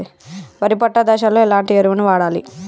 వరి పొట్ట దశలో ఎలాంటి ఎరువును వాడాలి?